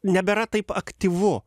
nebėra taip aktyvu